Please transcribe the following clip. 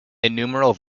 innumerable